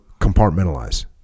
compartmentalize